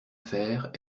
faire